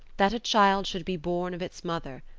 that a child should be born of its mother,